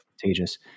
contagious